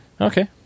Okay